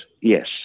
yes